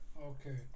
okay